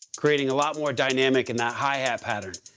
creating a lot more dynamic in that hi-hat pattern.